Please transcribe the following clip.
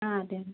ആ അതെ അതെ